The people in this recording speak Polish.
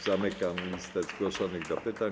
Zamykam listę zgłoszonych do pytań.